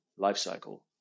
lifecycle